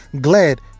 glad